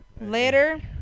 Later